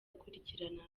akurikiranira